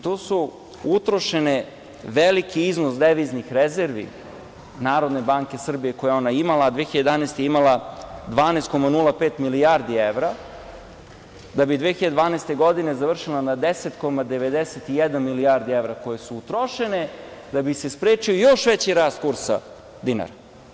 Tu je utrošen veliki iznos deviznih rezervi Narodne banke Srbije koje je ona imala, a 2011. godine je imala 12,05 milijardi evra, da bi 2012. godine završila na 10,91 milijardu evra koje su utrošene da bi se sprečio još veći rast kursa dinara.